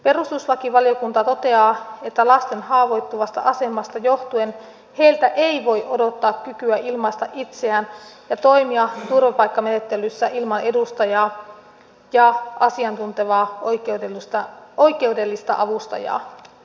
perustuslakivaliokunta toteaa että lasten haavoittuvasta asemasta johtuen heiltä ei voi odottaa kykyä ilmaista itseään ja toimia turvapaikkamenettelyssä ilman edustajaa ja asiantuntevaa oikeudellista avustajaa